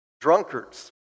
drunkards